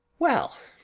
well!